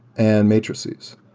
and matrices.